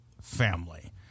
Family